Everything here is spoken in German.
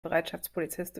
bereitschaftspolizist